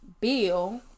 Bill